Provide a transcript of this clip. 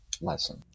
lesson